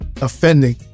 offending